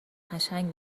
قشنگ